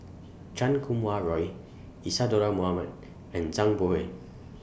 Chan Kum Wah Roy Isadhora Mohamed and Zhang Bohe